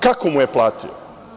Kako mu je platio?